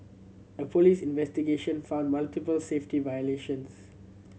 a police investigation found multiple safety violations